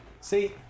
See